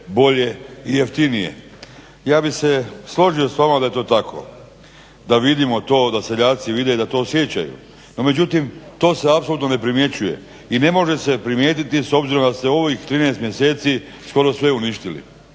bolje i jeftinije. Ja bih se složio s vama da je to tako, da vidimo to, da seljaci vide da to osjećaju. No međutim, to se apsolutno ne primjećuje i ne može se primijetiti s obzirom da se u ovih 13 mjeseci skoro sve uništili.